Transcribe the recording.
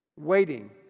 waiting